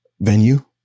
venue